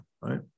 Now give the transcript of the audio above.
right